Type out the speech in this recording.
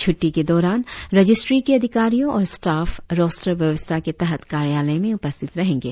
छ्टटी के दौरान रजिस्ट्री के अधिकारियों और स्टाफ रोस्टर व्यवस्था के तहत कार्यालय में उपस्थित रहेंगे